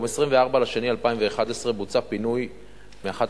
ביום 24 בפברואר 2011 בוצע פינוי מאחת